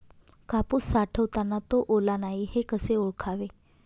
कापूस साठवताना तो ओला नाही हे कसे ओळखावे?